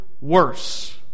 worse